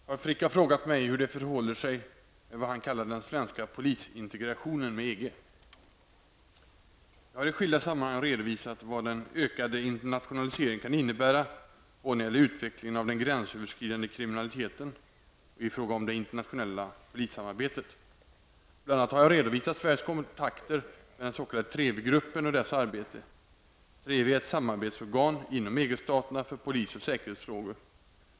Herr talman! Carl Frick har frågat mig hur det förhåller sig med vad han kallar den svenska polisintegrationen med EG. Jag har i skilda sammanhang redovisat vad den ökade internationaliseringen kan innebära både när det gäller utvecklingen av den gränsöverskridande kriminaliteten och i fråga om det internationella polissamarbetet. Bl.a. har jag redovisat Sveriges kontakter med den s.k. TREVI-gruppen och dess arbete. TREVI är ett samarbetsorgan inom EG-staterna för polis och säkerhetsfrågor.